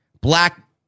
Black